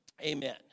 Amen